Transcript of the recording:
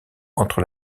entre